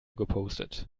gepostet